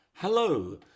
Hello